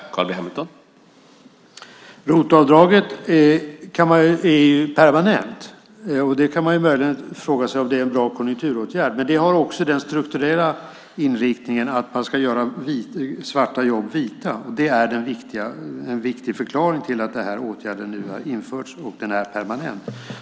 Herr talman! ROT-avdraget är permanent, och man kan möjligen fråga sig om det är en bra konjunkturåtgärder, men det har också den strukturella inriktningen att man ska göra svarta jobb vita. Det är en viktig förklaring till att den här åtgärden nu införs, och den är permanent.